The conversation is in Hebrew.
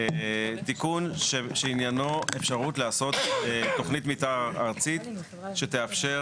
תיקון שעניינו אפשרות לעשות תוכנית מתאר ארצית שתאפשר